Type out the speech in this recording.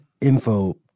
info